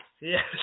Yes